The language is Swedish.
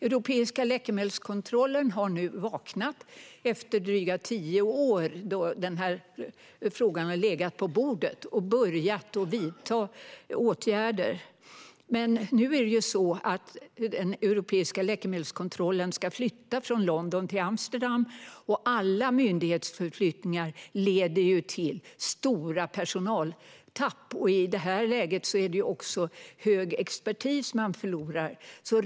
Europeiska läkemedelsmyndigheten har nu vaknat - efter drygt tio år då den här frågan har legat på bordet - och börjat vidta åtgärder. Men nu ska ju Europeiska läkemedelsmyndigheten flytta från London till Amsterdam, och alla myndighetsförflyttningar leder till stora personaltapp. I det här läget är det också hög expertis man förlorar.